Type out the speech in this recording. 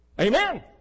Amen